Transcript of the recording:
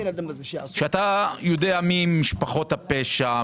כשאתה יודע מי משפחות הפשע,